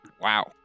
Wow